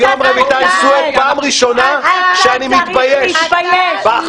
היום, רויטל סויד, פעם ראשונה שאני מתבייש בך.